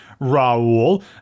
Raul